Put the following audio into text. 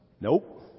Nope